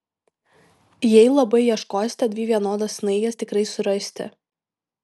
jei labai ieškosite dvi vienodas snaiges tikrai surasite